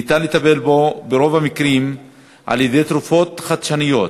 ניתן לטפל בו ברוב המקרים על-ידי תרופות חדשניות.